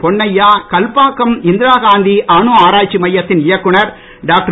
பொன்னையா கல்பாக்கம் இந்திரா காந்தி அணு ஆராய்ச்சி மையத்தின் இயக்குனர் டாக்டர்